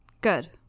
Good